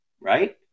right